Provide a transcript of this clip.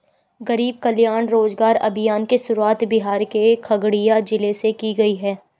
गरीब कल्याण रोजगार अभियान की शुरुआत बिहार के खगड़िया जिले से की गयी है